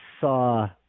saw